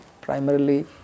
primarily